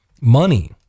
money